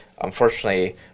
Unfortunately